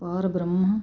ਪਾਰਬ੍ਰਹਮਾ